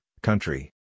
country